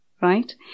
right